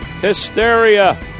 hysteria